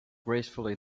gracefully